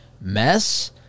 mess